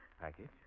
Package